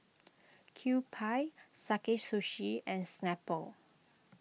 Kewpie Sakae Sushi and Snapple